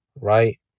right